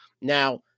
now